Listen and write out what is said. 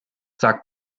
sag